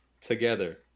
Together